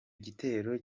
gitero